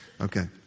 Okay